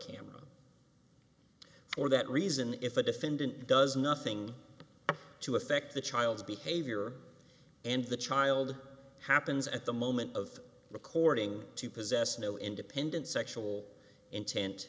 camera for that reason if a defendant does nothing to affect the child's behavior and the child happens at the moment of recording to possess no independent sexual intent